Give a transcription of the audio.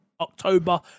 October